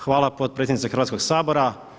Hvala potpredsjednice Hrvatskog sabora.